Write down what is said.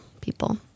people